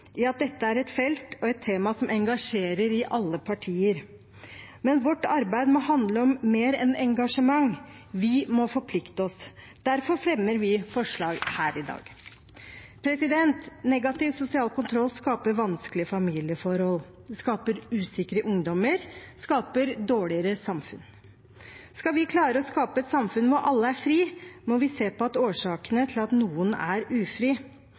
i at dette er et felt og et tema som engasjerer i alle partier. Men vårt arbeid må handle om mer enn engasjement, vi må forplikte oss. Derfor fremmer vi forslag her i dag. Negativ sosial kontroll skaper vanskelige familieforhold, det skaper usikre ungdommer, det skaper dårligere samfunn. Skal vi klare å skape et samfunn hvor alle er fri, må vi se på årsakene til at noen er ufri.